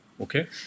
Okay